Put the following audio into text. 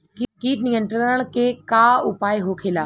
कीट नियंत्रण के का उपाय होखेला?